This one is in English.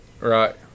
Right